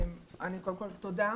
קודם כול, תודה.